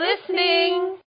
listening